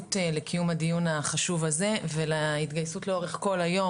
ההתגייסות לקיום הדיון החשוב הזה ולהתגייסות לאורך כל היום.